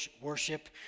worship